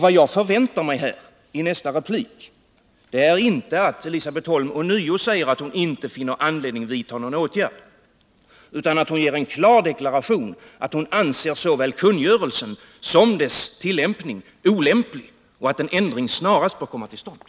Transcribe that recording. Vad jag förväntar mig i nästa replik är inte att Elisabet Holm ånyo säger att hon inte finner anledning vidta någon åtgärd, utan att hon avger en klar deklaration att hon anser såväl kungörelsen som dess tillämpning olämplig och att en ändring snarast bör komma till stånd.